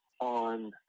on